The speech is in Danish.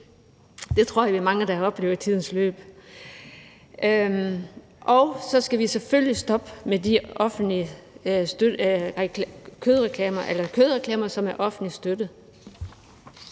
Det tror jeg vi er mange der har oplevet i tidens løb. Og så skal vi selvfølgelig stoppe med at have kødreklamer, som er offentligt støttet.